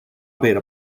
beta